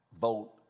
vote